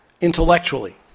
intellectually